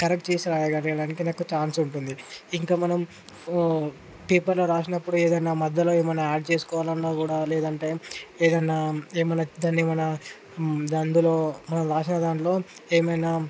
correct చేసి రాయడానికి నాకు చాన్స్ ఉంటుంది ఇంక మనం పేపర్లో రాసినప్పుడు ఏదన్నా మధ్యలో ఏమైనా యాడ్ చేసుకోవాలన్న కూడా లేదంటే ఏదన్నా ఏమన్నా దాన్ని ఏమన్నా అందులో మనం రాసిన దాంట్లో ఏమైనా